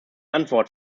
antwort